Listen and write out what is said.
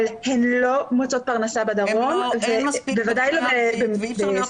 אבל הן לא מוצאות פרנסה בדרום בוודאי לא בשכר